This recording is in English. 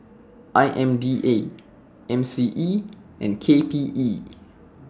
I M D A M C E and K P E